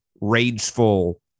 rageful